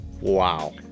Wow